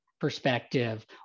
perspective